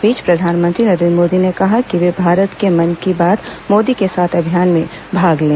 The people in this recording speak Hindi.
इस बीच प्रधानमंत्री नरेन्द्र मोदी ने कहा है कि वे भारत के मन की बात मोदी के साथ अभियान में भाग लें